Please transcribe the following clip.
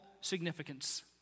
significance